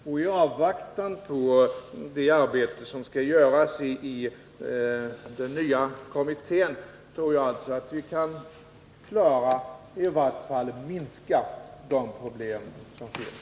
I avvaktan på det arbete som skall göras i den nya kommittén tror jag alltså att vi kan klara, eller i varje fall minska, de problem som finns.